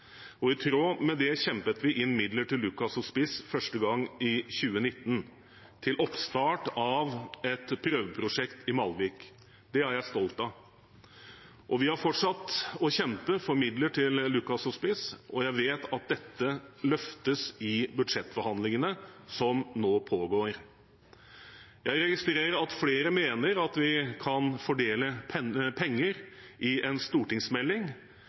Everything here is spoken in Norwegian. og i tråd med det kjempet vi inn midler til Lukas Hospice første gang i 2019, til oppstart av et prøveprosjekt i Malvik. Det er jeg stolt av. Vi har fortsatt å kjempe for midler til Lukas Hospice, og jeg vet at dette løftes i budsjettforhandlingene som nå pågår. Jeg registrerer at flere mener vi kan fordele penger i en stortingsmelding,